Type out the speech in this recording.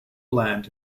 land